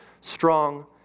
strong